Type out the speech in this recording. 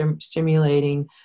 stimulating